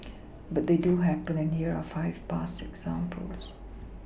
but they do happen and here are five past examples